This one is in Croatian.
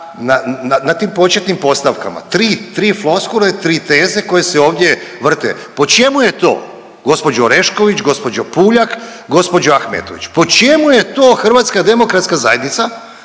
na tim početnim postavkama, tri, tri floskule, tri teze koje se ovdje vrte. Po čemu je to gđo. Orešković, gđo. Puljak, gđo. Ahmetović, po čemu je to HDZ favorizirana na